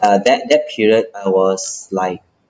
uh that that period I was like